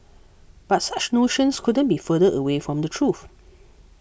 but such notions couldn't be further away from the truth